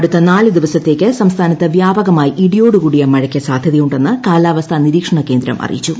അടുത്തു നാലു ദിവസത്തേക്ക് സംസ്ഥാനത്ത് വ്യാപകമായി ഇടിയോട്ടു കൂടിയ മഴയ്ക്ക് സാധ്യതയുണ്ടെന്ന് കാലാവസ്ഥാ നിരീക്ഷണ്ട്ക്ക്ര്ന്ദം അറിയിച്ചു